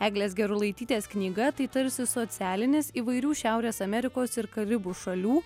eglės gerulaitytės knyga tai tarsi socialinis įvairių šiaurės amerikos ir karibų šalių